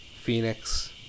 Phoenix